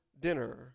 dinner